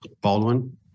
Baldwin